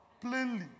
Plainly